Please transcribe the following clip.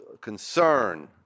concern